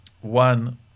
One